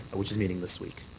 which is meeting this week.